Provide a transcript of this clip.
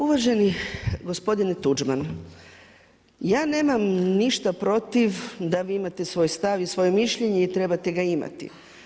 Uvaženi gospodine Tuđman, ja nemam ništa protiv da vi imate svoj stav i svoje mišljenje i trebate ga imati.